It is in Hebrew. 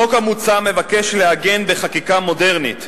החוק המוצע מבקש לעגן בחקיקה מודרנית,